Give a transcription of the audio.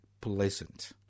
pleasant